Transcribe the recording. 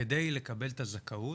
כדי לקבל את הזכאות,